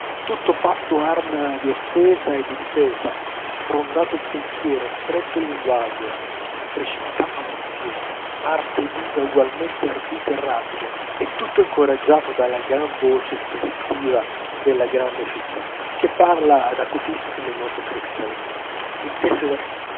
tutto fatto arma di offesa e di difesa sfrondato il pensiero stretto il linguaggio precipitata l'azione arte e vita ugualmente ardite e rapide e tutto incoraggiato dalla gran voce festiva della grande città che parla ad acutissime note cristalline intese da